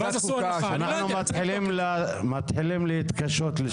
ואפילו התחלנו להיערך להארכה לא בדואר,